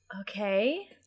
Okay